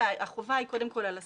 אלא החובה היא קודם כל על השר,